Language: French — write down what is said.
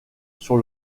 sur